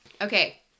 Okay